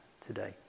today